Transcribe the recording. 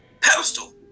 pedestal